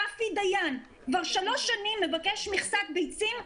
רק שיהיה רשום בפרוטוקול ש-50% מהמכסות החדשות חייבות להיות בחופש.